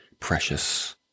Precious